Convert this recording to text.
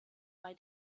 bei